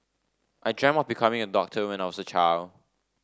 I dreamt of becoming a doctor when I was a child